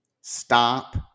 Stop